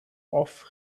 off